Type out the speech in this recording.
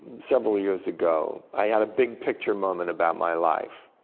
several years ago. i had a big-picture moment about my life.